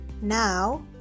Now